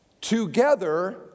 Together